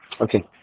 Okay